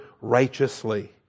righteously